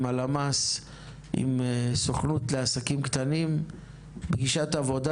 הלמ"ס והסוכנות לעסקים קטנים: נא לקיים פגישת עבודה,